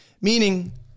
Meaning